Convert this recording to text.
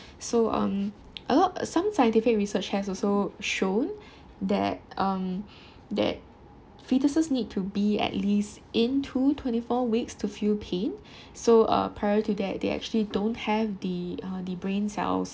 so um a lot some scientific research has also shown that um that fetuses need to be at least into twenty four weeks to feel pain so uh prior to that they actually don't have the uh the brain cells